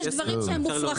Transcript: יש דברים מופרכים.